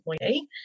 employee